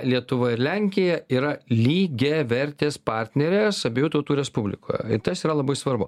lietuva ir lenkija yra lygiavertės partnerės abiejų tautų respublikoje tas yra labai svarbu